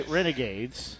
Renegades